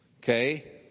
Okay